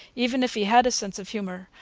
even if he had a sense of humour,